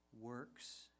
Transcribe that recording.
works